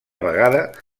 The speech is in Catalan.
vegada